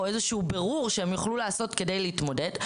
או איזשהו בירור שהם יוכלו לעשות כדי להתמודד.